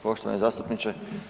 Poštovani zastupniče.